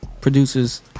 producers